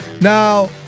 Now